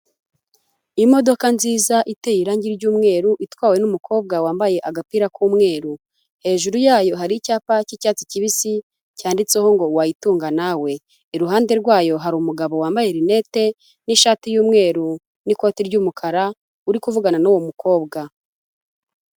Imodoka nziza iteye irangi ry'umweru itwawe n'umukobwa wambaye agapira k'umweru, hejuru yayo hari icyapa cy'icyatsi kibisi cyanditseho ngo wayitunga nawe. Iruhande rwayo hari umugabo wambaye rinete n'ishati y'umweru n'ikoti ry'umukara uri kuvugana n'uwo mukobwa.